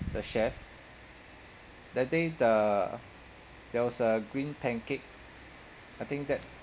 the chef that day the there was a green pancake I think that